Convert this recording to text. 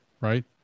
Right